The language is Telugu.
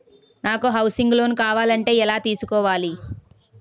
నాకు హౌసింగ్ లోన్ కావాలంటే ఎలా తీసుకోవాలి?